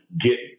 get